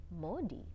Modi